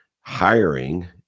hiring